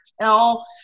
tell